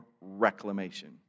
reclamation